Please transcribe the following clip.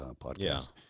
podcast